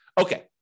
Okay